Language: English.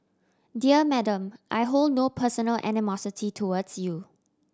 dear Madam I hold no personal animosity towards you